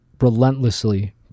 relentlessly